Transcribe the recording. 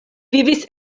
vivis